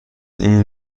این